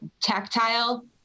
tactile